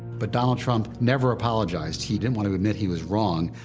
but donald trump never apologized. he didn't want to admit he was wrong,